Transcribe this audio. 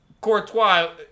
Courtois